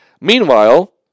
Meanwhile